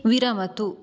विरमतु